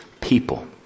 people